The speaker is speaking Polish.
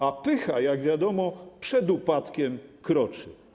A pycha, jak wiadomo, przed upadkiem kroczy.